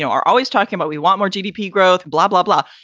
yeah are always talking about we want more gdp growth, blah, blah, blah.